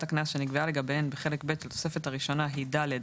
הקנס שנקבעה לגביהן בחלק ב' לתוספת הראשונה היא ד'